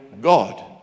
God